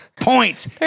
point